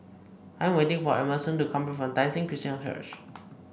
I'm waiting for Emerson to come from Tai Seng Christian Church